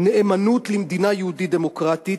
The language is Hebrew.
נאמנות למדינה יהודית-דמוקרטית,